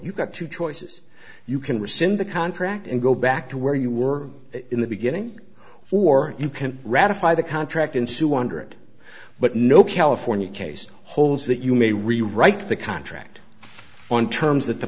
you've got two choices you can rescind the contract and go back to where you were in the beginning or you can ratify the contract and sue under it but no california case holds that you may rewrite the contract on terms that the